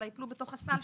אלא ייפלו בתוך הסל.